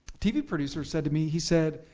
tv producer said to me, he said,